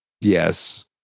Yes